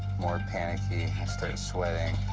more panicky, start sweating